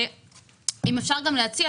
אם אפשר גם להציע.